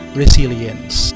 resilience